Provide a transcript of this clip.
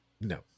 No